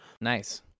Nice